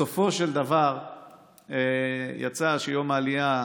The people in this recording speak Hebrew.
בסופו של דבר יצא שיום העלייה,